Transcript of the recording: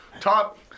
Top